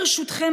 ברשותכם,